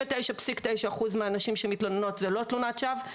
99.9% מהנשים שמתלוננות זה לא תלונת שווא.